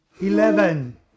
eleven